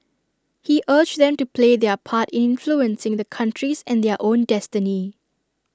he urged them to play their part in influencing the country's and their own destiny